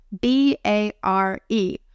b-a-r-e